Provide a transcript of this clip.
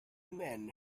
men